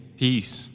peace